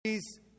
Please